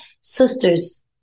sisters